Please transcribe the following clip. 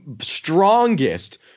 strongest